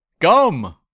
Gum